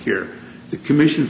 here the commission